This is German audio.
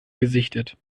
gesichtet